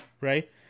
right